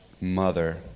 mother